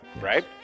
right